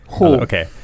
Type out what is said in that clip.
okay